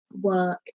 work